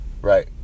right